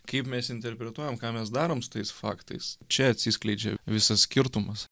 kaip mes interpretuojam ką mes darom su tais faktais čia atsiskleidžia visas skirtumas